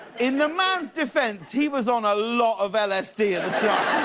in the man's defense, he was on a lot of lsd at the time.